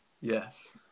yes